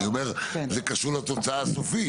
זה קשור לתוצאה הסופית.